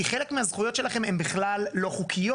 כי חלק מהזכויות שלכם הן בכלל לא חוקיות.